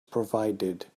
provided